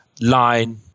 line